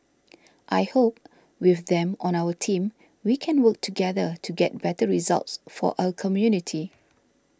I hope with them on our team we can work together to get better results for our community